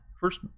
First